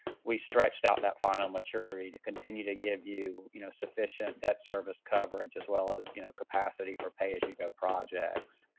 we stretched out that final maturity to continue to give you you know sufficient debt service coverage as well as, you know, capacity per pay as you go projects.